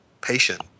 patient